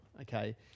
okay